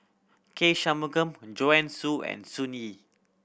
K Shanmugam Joanne Soo and Sun Yee